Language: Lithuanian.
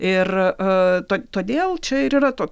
ir a to todėl čia ir yra to